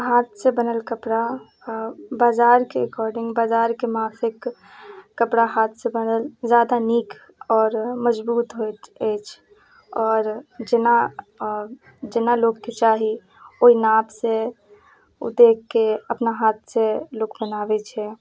हाथ से बनल कपड़ा बाजारके एकॉर्डिंग बजारके माफिक कपड़ा हाथ से बनल जादा नीक आओर मजबूत होइत अछि आओर जेना जेना लोकके चाही ओहि नाप से देखके अपना हाथ से लोक बनाबै छै